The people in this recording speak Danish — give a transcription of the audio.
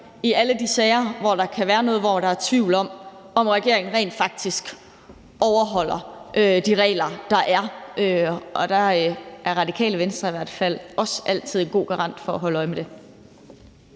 i alle de sager, hvor der kan være noget, hvor der er tvivl om, om regeringen rent faktisk overholder de regler, der er. Og der er Radikale Venstre i hvert fald også altid en god garant for at holde øje med det.